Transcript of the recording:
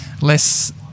less